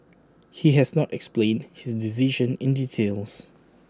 he has not explained his decision in details